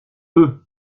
peu